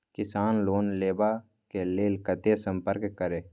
किसान लोन लेवा के लेल कते संपर्क करें?